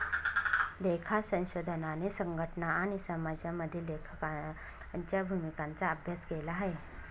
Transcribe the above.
लेखा संशोधनाने संघटना आणि समाजामधील लेखांकनाच्या भूमिकांचा अभ्यास केला आहे